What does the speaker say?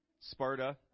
Sparta